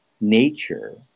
Nature